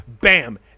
Bam